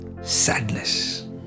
sadness